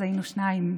אז היינו שניים,